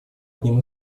одним